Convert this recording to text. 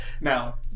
Now